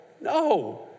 no